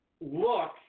look